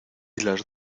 las